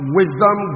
wisdom